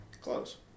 Close